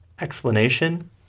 explanation